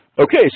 Okay